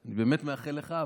אני באמת מאחל לך,